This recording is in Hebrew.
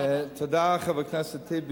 תודה, חבר הכנסת טיבי.